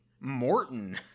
Morton